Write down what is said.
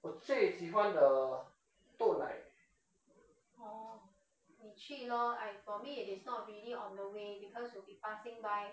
我最喜欢的豆奶